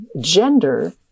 Gender